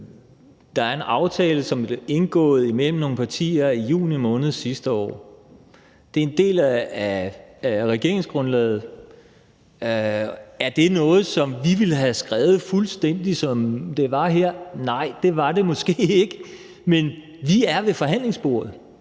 der er en aftale, som blev indgået imellem nogle partier i juni måned sidste år, og at den er en del af regeringsgrundlaget. Er det noget, som vi ville have skrevet, fuldstændig ligesom det var her? Nej, det var det måske ikke. Men vi er ved forhandlingsbordet,